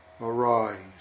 arise